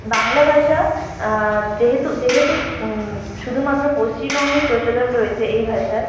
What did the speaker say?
বাংলা ভাষা যেহেতু যেহেতু শুধুমাত্র পশ্চিমবঙ্গেই প্রচলন রয়েছে এই ভাষার